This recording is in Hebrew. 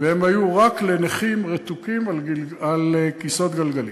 והן היו רק לנכים רתוקים על כיסאות גלגלים.